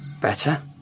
Better